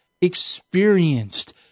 experienced